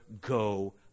go